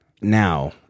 Now